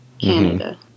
Canada